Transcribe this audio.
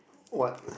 what